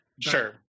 Sure